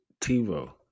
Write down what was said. TiVo